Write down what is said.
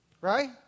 Right